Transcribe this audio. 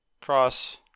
Cross